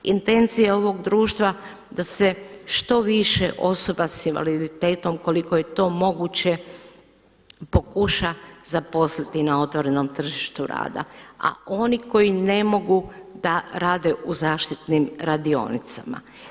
Intencija ovog društva je da se što više osoba sa invaliditetom koliko je to moguće pokuša zaposliti na otvorenom tržištu rada a oni koji ne mogu da rade u zaštitnim radionicama.